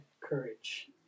courage